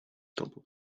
double